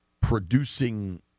producing